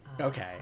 okay